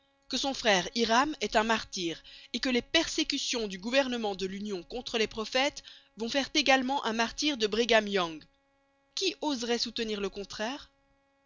que son frère hvram est un martyr et que les persécutions du gouvernement de l'union contre les prophètes vont faire également un martyr de brigham young qui oserait soutenir le contraire